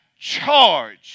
charge